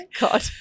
God